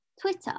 Twitter